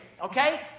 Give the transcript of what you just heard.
okay